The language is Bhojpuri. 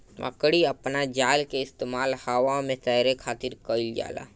मकड़ी अपना जाल के इस्तेमाल हवा में तैरे खातिर कईल जाला